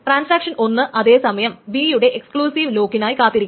transaction 1 അതേസമയം B യുടെ exclusive ലോക്കിനായി കാത്തിരിക്കുന്നു